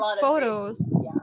photos